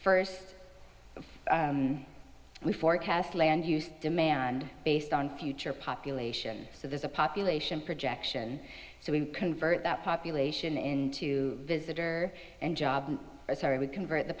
first we forecast land use demand based on future population so there's a population projection so we convert that population into visitor and job sorry we convert the